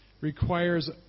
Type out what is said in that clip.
requires